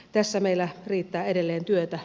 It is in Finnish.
tässä meillä riittää edelleen työtä